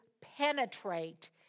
penetrate